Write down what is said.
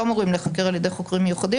אמורים להיחקר על ידי חוקרים מיוחדים,